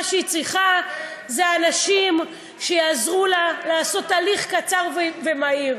מה שהיא צריכה זה אנשים שיעזרו לה לעשות תהליך קצר ומהיר.